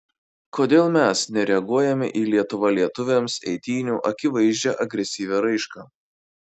kodėl mes nereaguojame į lietuva lietuviams eitynių akivaizdžią agresyvią raišką